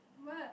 what